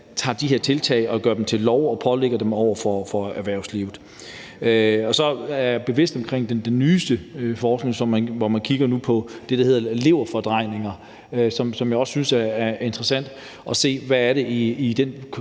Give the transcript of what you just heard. tager de her tiltag og gør dem til lov og pålægger erhvervslivet at følge dem. Så er jeg bevidst om den nyeste forskning, hvor man kigger på det, der hedder leverfordrejninger. Her synes jeg også, det er interessant at se, hvad det er